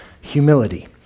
humility